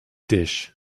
dish